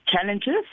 challenges